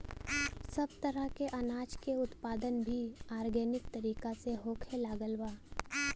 सब तरह के अनाज के उत्पादन भी आर्गेनिक तरीका से होखे लागल बा